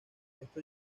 esto